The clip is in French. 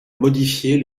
modifier